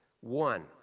One